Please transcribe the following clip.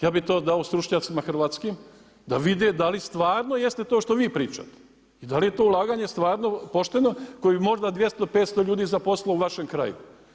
Ja bih to dao stručnjacima hrvatskim da vide da li stvarno jeste to što vi pričate i da li je to ulaganje stvarno pošteno koje možda 200, 500 ljudi zaposlilo u vašem kraju.